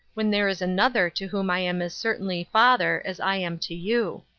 when there is another to whom i am as certainly father as i am to you.